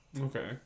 Okay